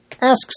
Asks